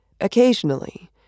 Occasionally